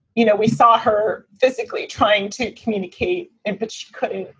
you know, we saw her physically trying to communicate and but she couldn't.